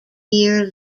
year